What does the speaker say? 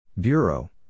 Bureau